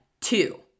two